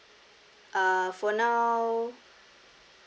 uh for now